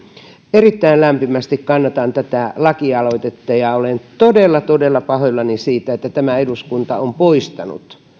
erittäin lämpimästi kannatan tätä lakialoitetta olen todella todella pahoillani siitä että tämä eduskunta on poistanut